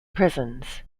prisons